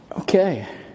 okay